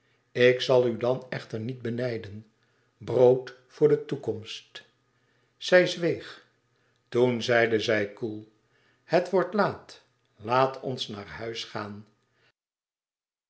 ik zal u dan echter niet benijden brood voor de toekomst zij zweeg toen zeide zij koel het wordt laat laat ons naar huis gaan